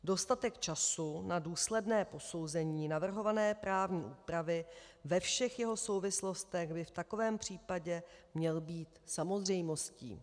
Dostatek času na důsledné posouzení navrhované právní úpravy ve všech jeho souvislostech by v takovém případě měl být samozřejmostí.